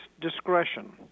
discretion